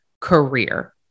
career